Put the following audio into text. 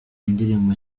indirimbo